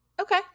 Okay